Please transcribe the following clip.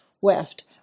weft